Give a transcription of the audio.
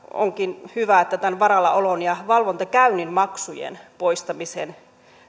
onkin hyvä että varallaolon ja valvontakäynnin maksujen poistaminen